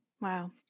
Wow